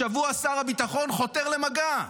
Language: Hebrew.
השבוע שר הביטחון חותר למגע.